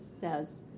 says